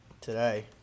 Today